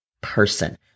person